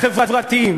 החברתיים.